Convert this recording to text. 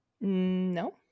No